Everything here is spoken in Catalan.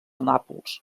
nàpols